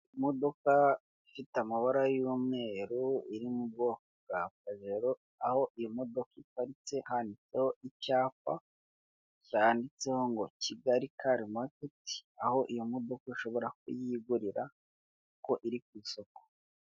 Imodoka ifite amabara y'umweru iri mu bwoko bwa kavero, aho iyo modoka iparitse hari icyapa cyanditseho ngo Kigali kari maketi, aho iyo modoka ishobora kuyigurira kuko iri ku isoko.